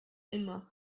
immer